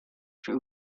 for